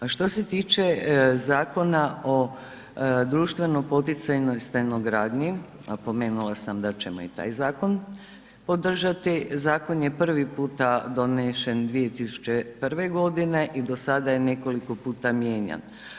A što se tiče Zakona o društveno poticajnoj stanogradnji, napomenula sam da ćemo i taj zakon podržati, zakon je prvi puta donesen 2001. godine i do sada je nekoliko puta mijenjan.